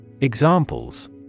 Examples